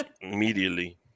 Immediately